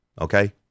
okay